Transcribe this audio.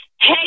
Hey